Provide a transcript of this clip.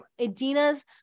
Adina's